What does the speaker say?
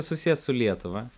susijęs su lietuva